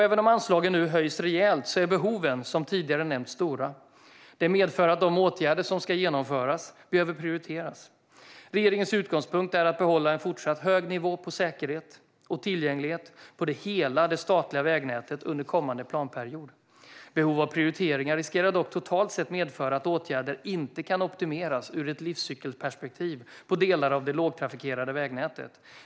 Även om anslagen nu höjs rejält är behoven som tidigare nämnts stora. Det medför att de åtgärder som ska vidtas behöver prioriteras. Regeringens utgångspunkt är att behålla en fortsatt hög nivå på säkerhet och tillgänglighet i hela det statliga vägnätet under kommande planperiod. Behov av prioriteringar riskerar dock totalt sett medföra att åtgärder inte kan optimeras ur ett livscykelperspektiv i delar av det lågtrafikerade vägnätet.